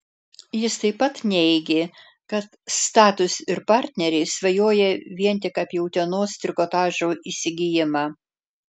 jis taip pat neigė kad status ir partneriai svajoja vien tik apie utenos trikotažo įsigijimą